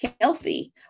healthy